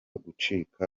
gucika